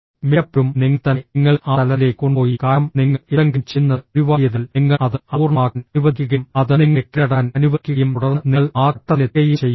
മിക്കപ്പോഴും നിങ്ങൾ തന്നെ നിങ്ങളെ ആ തലത്തിലേക്ക് കൊണ്ടുപോയി കാരണം നിങ്ങൾ എന്തെങ്കിലും ചെയ്യുന്നത് ഒഴിവാക്കിയതിനാൽ നിങ്ങൾ അത് അപൂർണ്ണമാക്കാൻ അനുവദിക്കുകയും അത് നിങ്ങളെ കീഴടക്കാൻ അനുവദിക്കുകയും തുടർന്ന് നിങ്ങൾ ആ ഘട്ടത്തിലെത്തുകയും ചെയ്യുന്നു